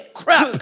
crap